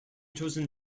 chosen